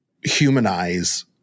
humanize